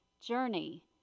Journey